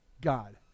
God